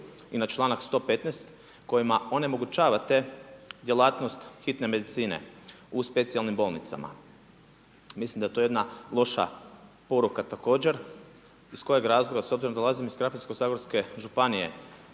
i na članak 115. kojima onemogućavate djelatnost hitne medicine u specijalnim bolnicama. Mislim da je to jedna loša poruka također. Iz kojeg razloga s obzirom da dolazim iz Krapinsko-zagorske županije,